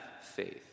faith